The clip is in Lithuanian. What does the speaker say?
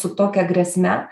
su tokia grėsme